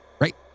right